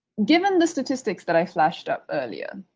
given the statistics that i flashed up earlier,